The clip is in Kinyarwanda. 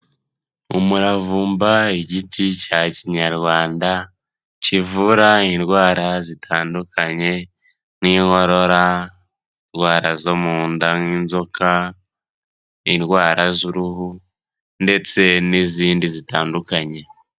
Umuravumba igiti cya kinyarwanda, kivura indwara zitandukanye nk'inkorora, indwara zo mu nda nk'inzoka, indwara z'uruhu ndetse n'izindi zitandukanye.